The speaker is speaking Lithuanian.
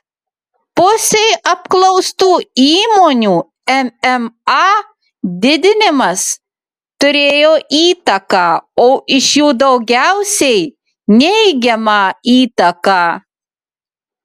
pusei apklaustų įmonių mma didinimas turėjo įtaką o iš jų daugiausiai neigiamą įtaką